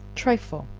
trifle.